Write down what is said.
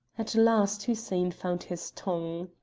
at last hussein found his tongue.